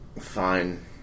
Fine